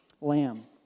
lamb